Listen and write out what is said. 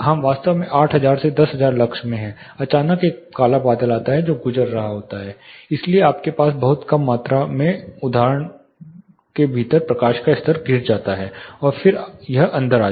हम वास्तव में 8000 से 10000 लक्स मे हैं अचानक एक काला बादल होता है जो गुजर रहा होता है इसलिए आपके पास बहुत कम मात्रा में उदाहरण होता है जिसके भीतर प्रकाश का स्तर गिर जाता है और फिर यह अंदर आ जाता है